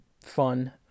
fun